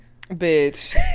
Bitch